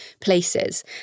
places